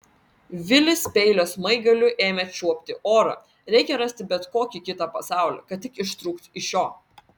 vilis peilio smaigaliu ėmė čiuopti orą reikia rasti bet kokį kitą pasaulį kad tik ištrūktų iš šio